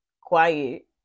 quiet